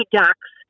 ducks